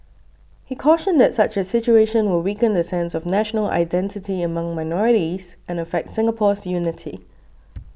he cautioned that such a situation will weaken the sense of national identity among minorities and affect Singapore's unity